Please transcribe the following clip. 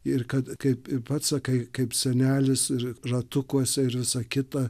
ir kad kaip ir pats sakai kaip senelis ir ratukuose ir visa kita